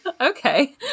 Okay